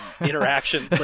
interaction